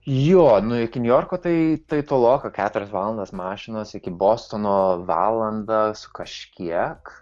jo nu iki niujorko tai tai toloka keturias valandas mašinos iki bostono valandą su kažkiek